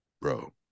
bro